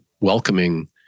welcoming